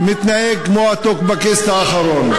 מתנהג כמו הטוקבקיסט האחרון.